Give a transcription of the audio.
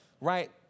right